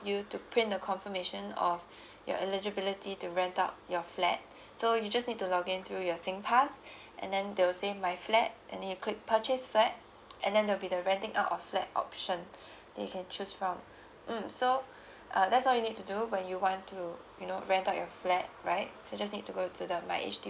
you to print the confirmation of your eligibility to rent out your flat so you just need to login to your singpass and then they will say my flat and then you click purchase flat and then there'll be the renting out a flat option that you can choose from mm so uh that's all you need to do when you want to you know rent out your flat right so just need to go to the my H_D_B